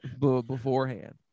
beforehand